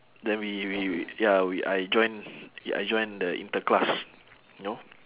then we we w~ ya we I join I join the inter-class you know